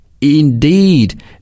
indeed